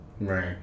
Right